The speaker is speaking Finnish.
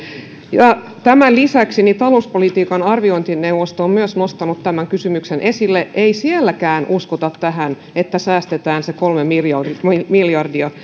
tämän lisäksi myös talouspolitiikan arviointineuvosto on nostanut tämän kysymyksen esille ei sielläkään uskota tähän että säästetään se kolme miljardia